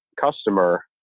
customer